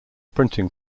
printing